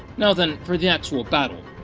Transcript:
now then for the actual battle